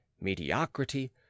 mediocrity